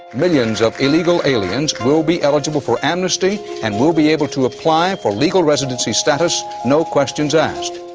millions of illegal aliens will be eligible for amnesty and will be able to apply for legal residency status, no questions asked.